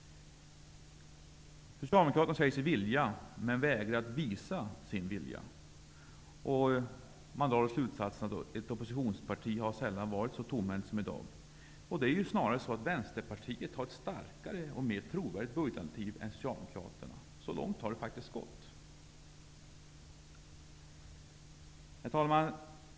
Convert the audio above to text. ocialdemokraterna säger sig vilja, men vägrar att visa sin vilja. Man drar då slutsatsen att ett oppositionspari sällan har varit så tomhänt som i dag. Det är ju snarare så att Vänsterpartiet har ett starkare och mer trovärdigt budgetalternativ än Socialdemokraterna. Så långt har det faktiskt gått. Herr talman!